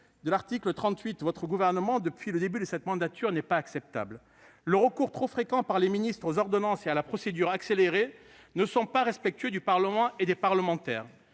de l'article 38 de la Constitution depuis le début de cette législature n'est pas acceptable. Le recours trop fréquent aux ordonnances et à la procédure accélérée n'est pas respectueux du Parlement et des parlementaires.